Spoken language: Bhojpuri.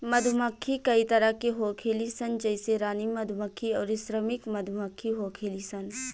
मधुमक्खी कई तरह के होखेली सन जइसे रानी मधुमक्खी अउरी श्रमिक मधुमक्खी होखेली सन